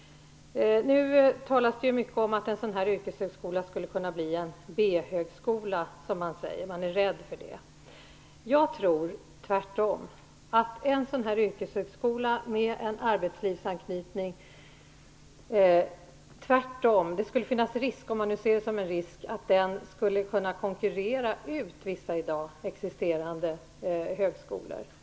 Nu talas det mycket om att en sådan här yrkeshögskola skulle kunna bli en "B-högskola"; man är rädd för det. Jag tror att en yrkeshögskola med arbetslivsanknkytning tvärtom skulle kunna konkurrera ut vissa i dag existerande högskolor.